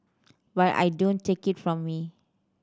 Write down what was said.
but I don't take it from me